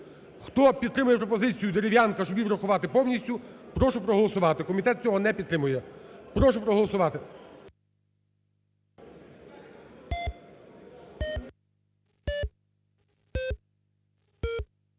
Хто підтримує пропозиції Дерев'янка, щоб її врахувати повністю, прошу проголосувати, комітет цього не підтримує. Прошу проголосувати.